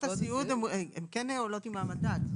קצבאות הסיעוד כן עולות עם המדד,